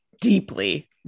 deeply